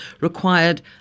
required